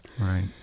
Right